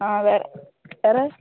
ஆ வேறு வேறு